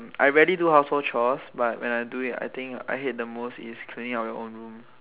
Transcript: I rarely do household chores but when I do it I think I hate the most is cleaning up own room